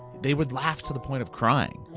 they would laugh to the point of crying.